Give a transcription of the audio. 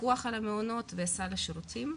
פיקוח על המעונות וסל השירותים.